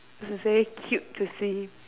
very cute to see him